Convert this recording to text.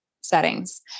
settings